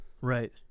right